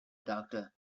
doctor